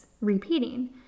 repeating